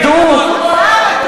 אדוני היושב-ראש,